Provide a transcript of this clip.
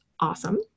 awesome